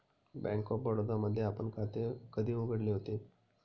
Bank of Baroda मध्ये आपण खाते कधी उघडले होते?